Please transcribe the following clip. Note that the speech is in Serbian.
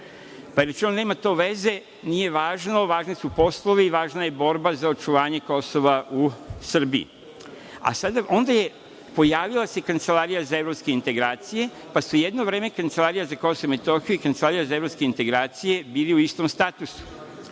je – nema to veze, nije važno, važni su poslovi, važna je borba za očuvanje Kosova u Srbiji. Onda se pojavila Kancelarija za evropske integracije, pa su jedno vreme Kancelarija za Kosovo i Metohiju i Kancelarija za evropske integracije bili u istom statusu.